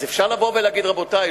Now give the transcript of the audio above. אז אפשר לבוא ולהגיד: רבותי,